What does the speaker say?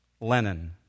Lenin